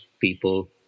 people